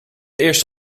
eerst